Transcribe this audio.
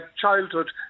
childhood